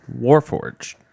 Warforge